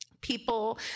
People